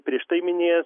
prieš tai minėjęs